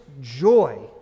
joy